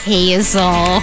Hazel